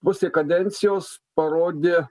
pusė kadencijos parodė